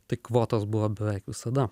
tai kvotos buvo beveik visada